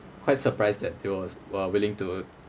quite surprised that they was were willing to